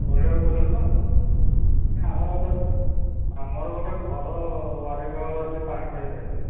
ପରିଡ଼ା ବାବୁ କହୁଥିଲେ ତ ଆମର ଗୋଟିଏ ଆମର ଗୋଟିଏ ଘର ୱାରିଙ୍ଗ ହେବାର ଅଛି ପାଣି ପାଇପ୍